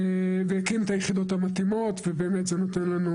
והקים את היחידות המתאימות, ובאמת זה נותן לנו